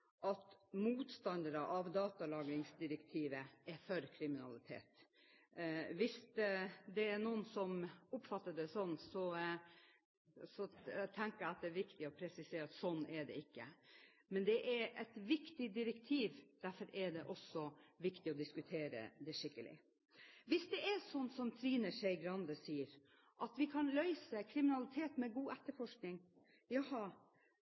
at motstandere av datalagringsdirektivet er for kriminalitet. Hvis det er noen som oppfatter det sånn, tenker jeg at det er viktig å presisere at sånn er det ikke. Men det er et viktig direktiv, derfor er det også viktig å diskutere det skikkelig. Hvis det er sånn som Trine Skei Grande sier, at vi kan løse kriminalitet med god